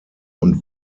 und